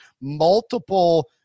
multiple